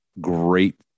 great